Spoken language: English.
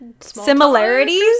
similarities